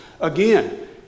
Again